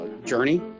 journey